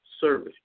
service